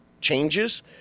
changes